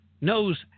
Knows